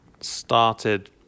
started